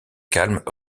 calment